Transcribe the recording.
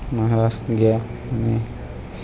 મહારાષ્ટ્ર ગયા અને